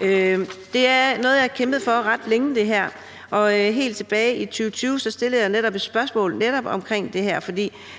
her er noget, jeg har kæmpet for ret længe, og helt tilbage i 2020 stillede jeg et spørgsmål omkring netop det her, for